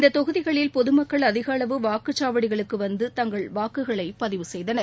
இந்தத் தொகுதிகளில் பொதுமக்கள் அதிக அளவு வாக்குச் சாவடிகளுக்கு வந்து தங்கள் வாக்குகளை பதிவு செய்தனர்